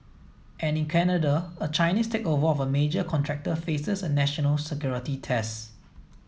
and in Canada a Chinese takeover of a major contractor faces a national security test